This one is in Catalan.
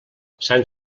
sant